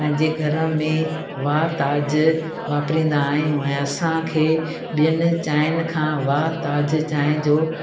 पंहिंजे घर में वाह ताज वापरींदा आहियूं ऐं असांखे ॿियनि चांहियुनि खां वाह ताज चांहि जो